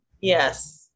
Yes